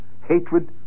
hatred